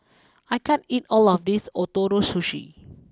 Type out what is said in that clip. I can't eat all of this Ootoro Sushi